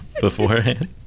beforehand